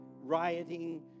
rioting